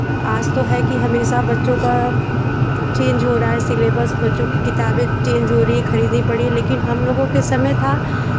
आज तो है कि हमेशा बच्चों का चेंज हो रहा है सिलेबस बच्चों की किताबें चेंज हो रही है खरीदनी पड़ी है लेकिन हम लोगों के समय था